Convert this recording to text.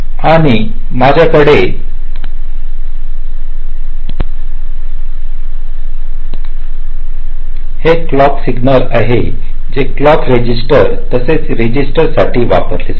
आणि माझ्याकडे हे क्लॉकसिग्नल आहे जे क्लॉक रजिस्टर तसेच या रजिस्टरसाठी वापरले जाते